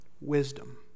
wisdom